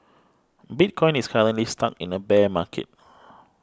bitcoin is currently stuck in a bear market